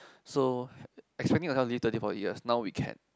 so expecting ourself to live thirty forty years now we can